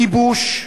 כיבוש,